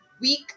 week